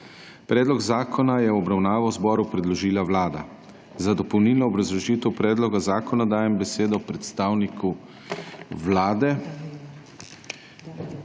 Predlog zakona je v obravnavo predložila Vlada in za dopolnilno obrazložitev predloga zakona dajem besedo predstavniku Vlade.